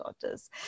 daughters